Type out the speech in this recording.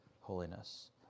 holiness